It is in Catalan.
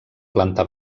planta